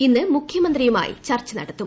ഇന്ന് മുഖ്യമന്ത്രിയുമായി ചർച്ച നടത്തും